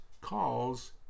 calls